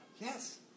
Yes